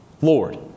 Lord